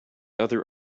other